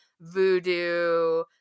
Voodoo